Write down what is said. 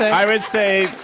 i would say,